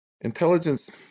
Intelligence